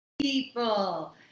People